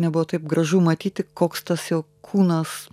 nebuvo taip gražu matyti koks tas jo kūnas